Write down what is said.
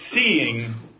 seeing